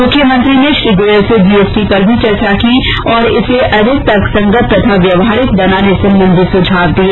मुख्यमंत्री ने श्री गोयल से जीएसटी पर भी चर्चा करते हुए इसे और अधिक तर्कसंगत तथा व्यावहारिक बनाने संबंधी सुझाव दिए